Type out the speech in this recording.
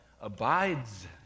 abides